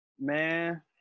man